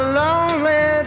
lonely